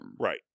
right